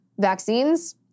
vaccines